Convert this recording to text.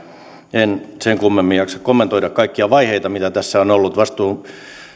en sen kummemmin jaksa kommentoida kaikkia vaiheita mitä tässä on ollut